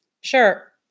Sure